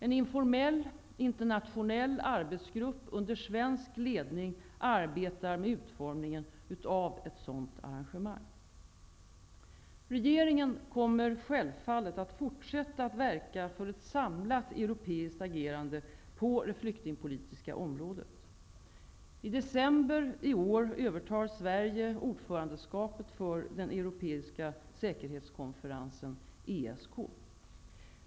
En informell internationell arbetsgrupp under svensk ledning arbetar med utformningen av ett sådant arrangemang. Regeringen kommer självfallet att fortsätta att verka för ett samlat europeiskt agerande på det flyktingpolitiska området. I december i år övertar Sverige ordförandeskapet för den europeiska säkerhetskonferensen, ESK.